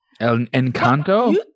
Encanto